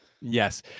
yes